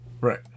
Right